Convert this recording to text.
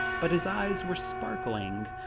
but his eyes were sparkling.